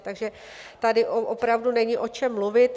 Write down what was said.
Takže tady opravdu není o čem mluvit.